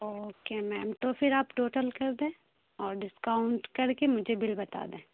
okay ma'am تو پھر آپ ٹوٹل کر دیں اور ڈسکاؤنٹ کر کے مجھے بل بتا دیں